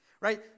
Right